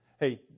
Hey